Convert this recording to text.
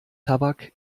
tabak